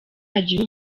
agire